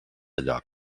lloc